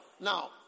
Now